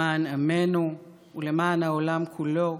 למען עמנו ולמען העולם כולו,